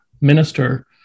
minister